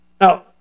Now